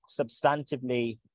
substantively